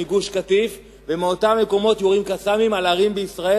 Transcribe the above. מגוש-קטיף ומאותם מקומות שיורים מהם "קסאמים" על ערים בישראל,